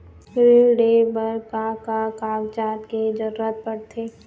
ऋण ले बर का का कागजात के जरूरत पड़थे?